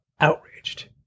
outraged